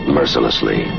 mercilessly